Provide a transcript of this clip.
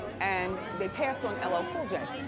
and they passed on ll ah cool j,